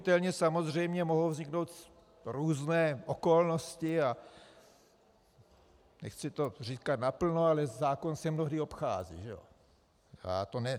Pochopitelně samozřejmě mohou vzniknout různé okolnosti, a nechci to říkat naplno, ale zákon se mnohdy obchází, že.